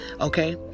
Okay